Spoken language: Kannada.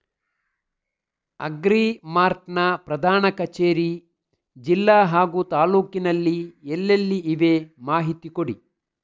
ಅಗ್ರಿ ಮಾರ್ಟ್ ನ ಪ್ರಧಾನ ಕಚೇರಿ ಜಿಲ್ಲೆ ಹಾಗೂ ತಾಲೂಕಿನಲ್ಲಿ ಎಲ್ಲೆಲ್ಲಿ ಇವೆ ಮಾಹಿತಿ ಕೊಡಿ?